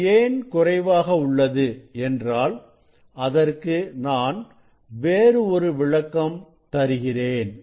இது ஏன் குறைவாக உள்ளது என்றால் அதற்கு நான் வேறு ஒரு விளக்கம் தருகிறேன்